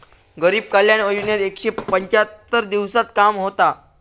गरीब कल्याण योजनेत एकशे पंच्याहत्तर दिवसांत काम होता